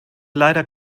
leider